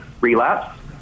relapse